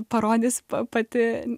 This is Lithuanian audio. parodys pa pati